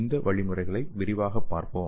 இந்த வழிமுறைகளை விரிவாகப் பார்ப்போம்